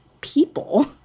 people